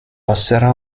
passerà